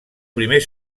primer